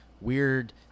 weird –